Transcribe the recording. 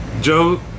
Joe